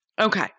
Okay